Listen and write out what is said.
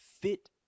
fit